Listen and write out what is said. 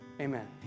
Amen